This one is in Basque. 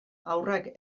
haurrek